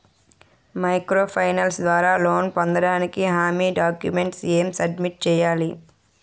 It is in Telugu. మైక్రో ఫైనాన్స్ ద్వారా లోన్ పొందటానికి హామీ డాక్యుమెంట్స్ ఎం సబ్మిట్ చేయాలి?